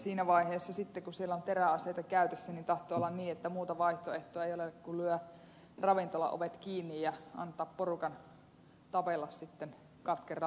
siinä vaiheessa sitten kun siellä on teräaseita käytössä tahtoo olla niin että muuta vaihtoehtoa ei ole kuin lyödä ravintolan ovet kiinni ja antaa porukan tapella sitten katkeraan loppuun asti